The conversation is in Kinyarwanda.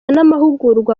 n’amahugurwa